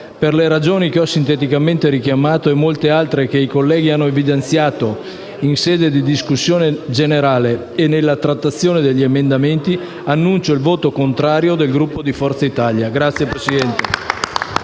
Per le ragioni sinteticamente richiamate e le molte altre che i colleghi hanno evidenziato in sede di discussione generale e nella trattazione degli emendamenti, annuncio il voto contrario del Gruppo di Forza Italia. *(Applausi